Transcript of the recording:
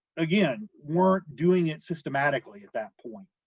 again, weren't doing it systematically at that point,